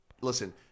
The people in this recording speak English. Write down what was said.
Listen